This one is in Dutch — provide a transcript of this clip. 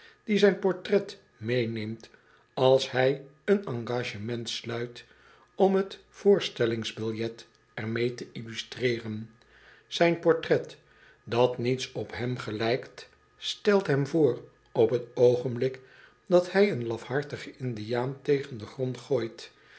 die zijn portret meeneemt als hij een engagement sluit om t voorstellingsbiljet er mee te illustreeren zijn portret dat niets op hem gelijkt stelt hem voor op t oogenblik dat hij een lafhartigen indiaan tegen den grond gooit